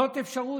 זאת אפשרות.